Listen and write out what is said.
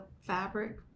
fabric